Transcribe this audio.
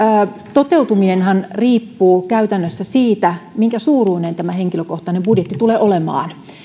toteutuminenhan riippuu käytännössä siitä minkä suuruinen tämä henkilökohtainen budjetti tulee olemaan